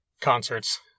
concerts